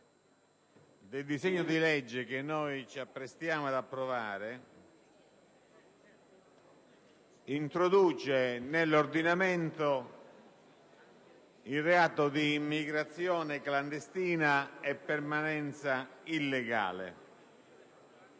del disegno di legge che noi ci apprestiamo ad approvare introduce nell'ordinamento il reato di immigrazione clandestina e permanenza illegale,